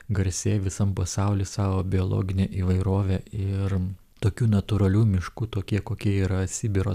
garsėja visam pasauly savo biologine įvairove ir tokių natūralių miškų tokie kokie yra sibiro